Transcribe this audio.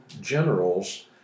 generals